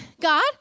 God